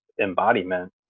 embodiment